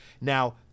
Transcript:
Now